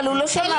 אבל הוא לא שמע.